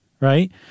right